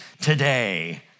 today